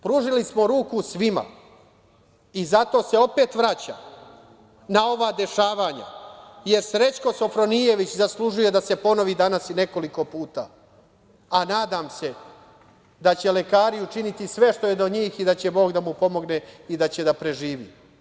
Pružili smo ruku svima, i zato se opet vraća na ova dešavanja, jer Srećko Sofronijević zaslužuje, da se ponovi i danas nekoliko puta, a nadam se, da će lekari učiniti sve što je do njih i da će Bog da mu pomogne i da će da preživi.